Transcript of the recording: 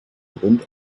grund